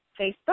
Facebook